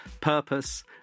purpose